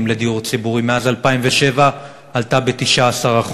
לדיור ציבורי מאז 2007 גדלה ב-19%,